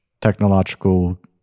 technological